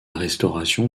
restauration